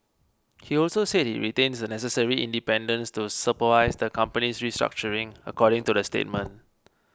he also said he retains the necessary independence to supervise the company's restructuring according to the statement